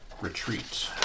retreat